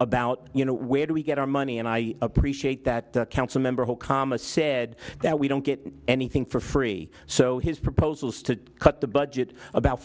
about you know where do we get our money and i appreciate that council member who kama said that we don't get anything for free so his proposals to cut the budget about